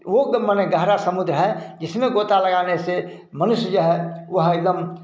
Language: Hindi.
वो ग माने गहरा समुद्र है जिसमें गोता लगाने से मनुष्य जो है वह एकदम